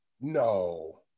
No